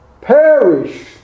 perish